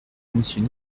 monsieur